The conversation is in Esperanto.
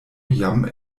jam